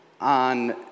on